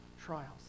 trials